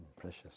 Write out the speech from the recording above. Precious